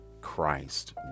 Christ